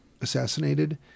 assassinated